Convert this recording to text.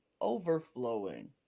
Overflowing